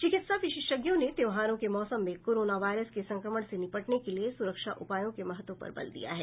चिकित्सा विशेषज्ञों ने त्योहारों के मौसम में कोरोना वायरस के संक्रमण से निपटने के लिए सुरक्षा उपायों के महत्व पर बल दिया है